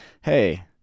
hey